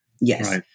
Yes